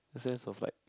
a sense of like